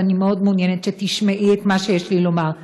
ואני מאוד מעוניינת שתשמעי את מה שיש לי לומר.